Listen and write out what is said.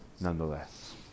nonetheless